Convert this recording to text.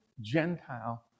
Gentile